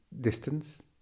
distance